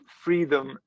freedom